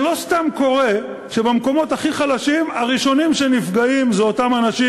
זה לא סתם קורה שבמקומות הכי חלשים הראשונים שנפגעים הם אותם אנשים